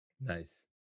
nice